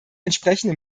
entsprechende